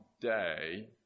day